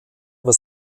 über